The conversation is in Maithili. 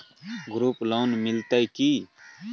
ग्रुप लोन मिलतै की?